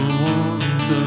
warmth